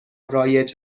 رایج